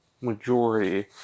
majority